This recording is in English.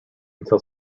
until